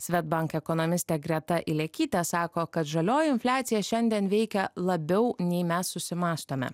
swedbank ekonomistė greta ilekytė sako kad žalioji infliacija šiandien veikia labiau nei mes susimąstome